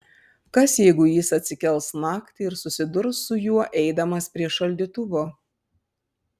kas jeigu jis atsikels naktį ir susidurs su juo eidamas prie šaldytuvo